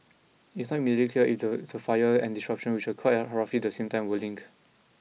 it is not immediately clear if the the fire and the disruption which occurred at roughly the same time were linked